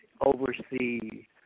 oversee